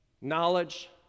Knowledge